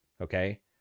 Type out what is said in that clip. Okay